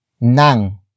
nang